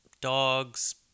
dogs